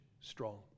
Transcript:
strong